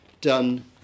done